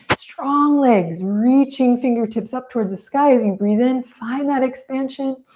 strong legs, reaching fingertips up towards the sky as you breathe in. find that expansion.